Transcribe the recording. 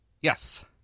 Yes